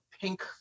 pink